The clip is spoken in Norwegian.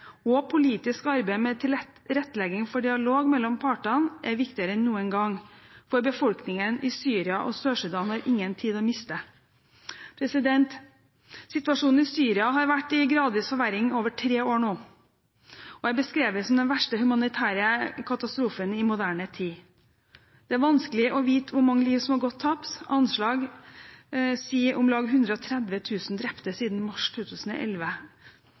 og politisk arbeid med tilrettelegging for dialog mellom partene er viktigere enn noen gang, for befolkningen i Syria og Sør-Sudan har ingen tid å miste. Situasjonen i Syria har vært i gradvis forverring over tre år nå, og er beskrevet som den verste humanitære katastrofen i moderne tid. Det er vanskelig å vite hvor mange liv som har gått tapt. Anslag sier om lag 130 000 drepte siden mars 2011.